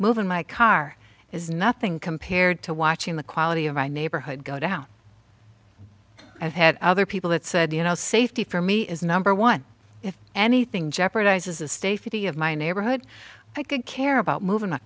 moving my car is nothing compared to watching the quality of my neighborhood go down i've had other people that said you know safety for me is number one if anything jeopardizes a stay fifty of my neighborhood i could care about moving a